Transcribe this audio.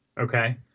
Okay